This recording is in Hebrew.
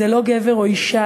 זה לא גבר או אישה,